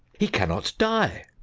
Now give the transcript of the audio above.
he cannot die.